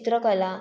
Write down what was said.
चित्रकला